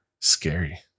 Scary